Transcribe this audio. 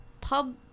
pub